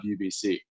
UBC